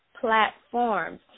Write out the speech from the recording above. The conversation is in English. platforms